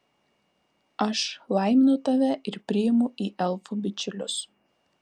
aš laiminu tave ir priimu į elfų bičiulius